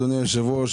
אדוני היושב ראש,